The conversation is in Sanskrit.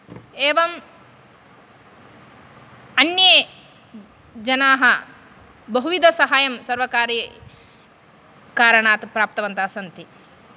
एवं अन्ये जनाः बहुविधसहायं सर्वकारीयकारणात् प्राप्तवन्तः सन्ति